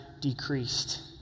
decreased